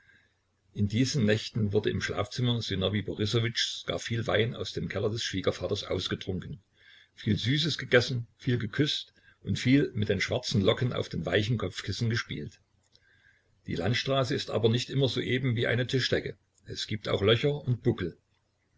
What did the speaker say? in diesen nächten wurde im schlafzimmer sinowij borissowitschs gar viel wein aus dem keller des schwiegervaters ausgetrunken viel süßes gegessen viel geküßt und viel mit den schwarzen locken auf den weichen kopfkissen gespielt die landstraße ist aber nicht immer so eben wie eine tischdecke es gibt auch löcher und buckel